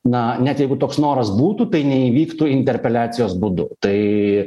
na net jeigu toks noras būtų tai neįvyktų interpeliacijos būdu tai